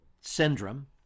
syndrome